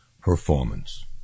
performance